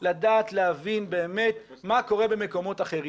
לדעת להבין באמת מה קורה במקומות אחרים.